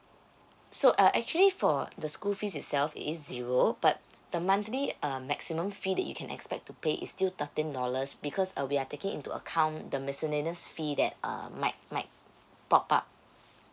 so uh actually for the school fees itself it is zero but the monthly uh maximum fee that you can expect to pay is still thirteen dollars because uh we are taking into account the miscellaneous fee that uh might might pop up